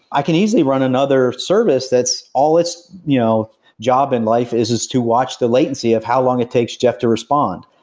i can easily run another service that's all its you know job in life is is to watch the latency of how long it takes jeff to respond.